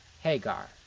Hagar